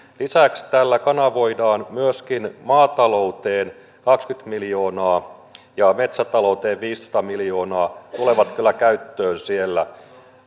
lisäksi tällä kanavoidaan myöskin maatalouteen kaksikymmentä miljoonaa ja metsätalouteen viisitoista miljoonaa tulevat kyllä käyttöön siellä